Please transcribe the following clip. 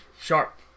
sharp